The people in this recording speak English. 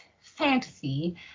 fantasy